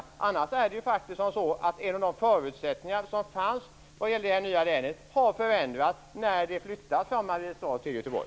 Annars har faktiskt en av de förutsättningar som fanns för det nya länet förändrats när Riksskatteverket flyttar från Mariestad till Göteborg.